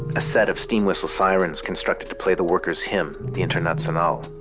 a set of steam whistle sirens constructed to play the workers hymn, the international.